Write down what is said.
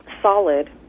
solid